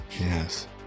Yes